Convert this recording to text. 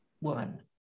woman